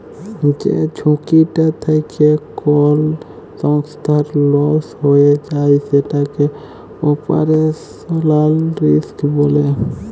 যে ঝুঁকিটা থ্যাকে কল সংস্থার লস হঁয়ে যায় সেটকে অপারেশলাল রিস্ক ব্যলে